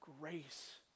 grace